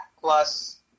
Plus